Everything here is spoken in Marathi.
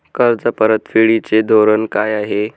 कर्ज परतफेडीचे धोरण काय आहे?